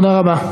תודה רבה.